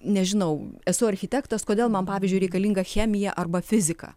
nežinau esu architektas kodėl man pavyzdžiui reikalinga chemija arba fizika